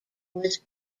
was